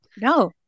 No